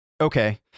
okay